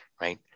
right